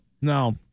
No